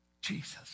Jesus